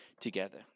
together